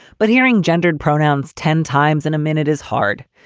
but hearing gendered pronouns ten times in a minute is hard.